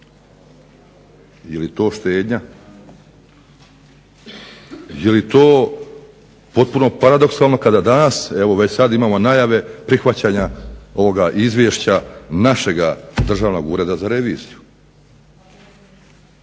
li to štednja? Je li to potpuno paradoksalno kada danas, evo već sad imamo najave prihvaćanja ovoga Izvješća našega Državnog ureda za reviziju.